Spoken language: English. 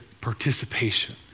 participation